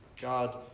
God